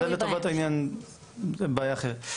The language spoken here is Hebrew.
בסדר, זה לטובת העניין בעיה אחרת.